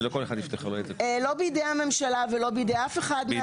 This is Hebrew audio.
לא בידי הממשלה ולא בידי אף אחד מהשרים.